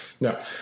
No